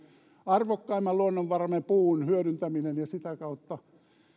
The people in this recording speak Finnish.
arvokkaimman luonnonvaramme puun hyödyntäminen ja sitä kautta